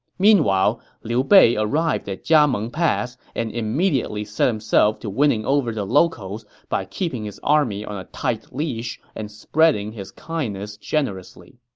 meanwhile, liu bei arrived at jiameng pass and immediately set himself to winning over the locals by keeping his army on a tight leash and spreading his kindness generously